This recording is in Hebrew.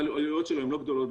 העלויות שלו הן לא גדולות,